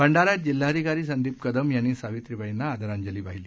भडीन्यात जिल्हाधिकारी संदीप कदम यांनी सावित्रीबाईना आदरांजली वाहिली